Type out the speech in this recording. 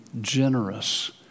generous